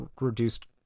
reduced